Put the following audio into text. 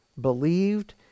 believed